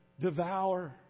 devour